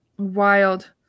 Wild